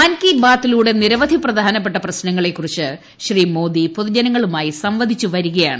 മൻ കി ബാത്തിലൂടെ നിരവധി പ്രധാനപ്പെട്ട പ്രശ്നങ്ങളെ കുറിച്ച് ശ്രീ മോദി പൊതുജനങ്ങളുമായി സംവദിച്ചു വരികയാണ്